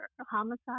homicide